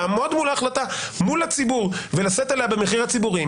לעמוד על ההחלטה מול הציבור ולשאת במחיר הציבורי,